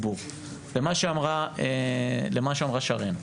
למה שאמרה שרן,